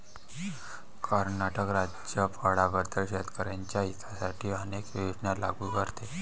कर्नाटक राज्य फळांबद्दल शेतकर्यांच्या हितासाठी अनेक योजना लागू करते